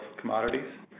commodities